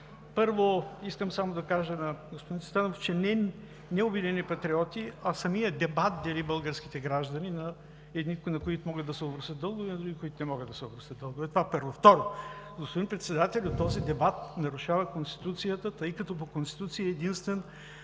Първо, искам да кажа на господин Цветанов, че не „Обединени патриоти“, а самият дебат дели българските граждани на едни, на които могат да се опростят дългове, и на други, на които не могат да се опростят дългове. Това, първо. Второ, господин Председателю, този дебат нарушава Конституцията, тъй като по Конституция единствената